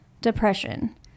depression